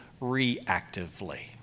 reactively